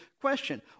question